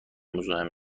مزاحم